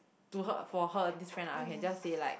do her a for her this friend I can just say like